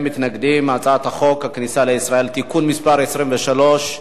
ההצעה להעביר את הצעת חוק הכניסה לישראל (תיקון מס' 23)